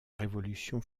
révolution